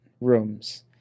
rooms